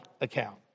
account